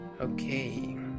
Okay